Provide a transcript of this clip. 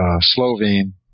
Slovene